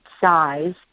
size